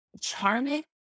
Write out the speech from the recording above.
charming